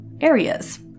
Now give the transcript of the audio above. areas